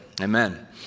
amen